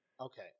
Okay